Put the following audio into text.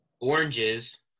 oranges